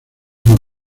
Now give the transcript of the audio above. más